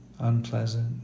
unpleasant